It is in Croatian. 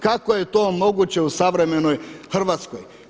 Kako je to moguće u savremenoj Hrvatskoj?